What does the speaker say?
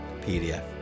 PDF